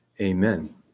Amen